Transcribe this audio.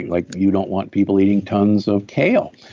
like you don't want people eating tons of kale